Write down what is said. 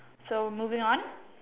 so moving on